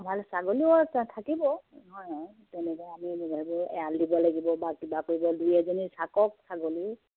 ভাল ছাগলীও থাকিব হয় হয় তেনেকে আমি সেই ভাবে এৰাল দিব লাগিব বা কিবা কৰিব দুই এজনী থাকক ছাগলী